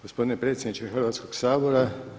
Gospodine predsjedniče Hrvatskog sabora.